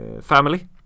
Family